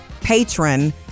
patron